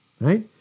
right